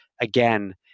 again